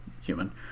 human